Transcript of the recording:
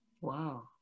wow